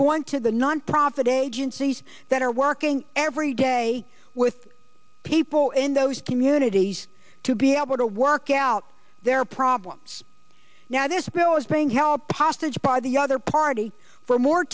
going to the nonprofit agencies that are working every day with people in those communities to be able to work out their problems now this bill is being held hostage by the other party for more